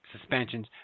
suspensions